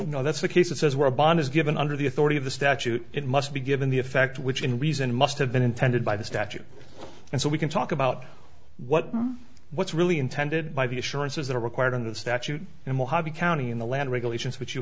but no that's the case it says where a bond is given under the authority of the statute it must be given the effect which in reason must have been intended by the statute and so we can talk about what what's really intended by the assurances that are required in the statute in mojave county in the land regulations which you